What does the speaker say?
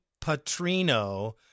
Patrino